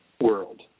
world